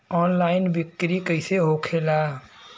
Online बिक्री कैसे होखेला?